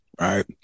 right